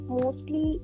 mostly